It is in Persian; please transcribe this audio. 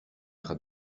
خواد